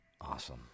Awesome